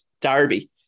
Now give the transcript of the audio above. derby